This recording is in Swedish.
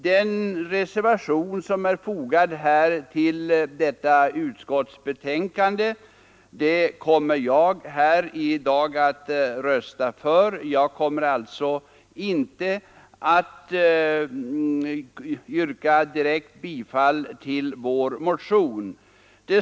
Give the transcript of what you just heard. Den reservation som är fogad till utskottets betänkande kommer jag i dag att rösta för. Jag kommer alltså inte att yrka bifall till vår motion.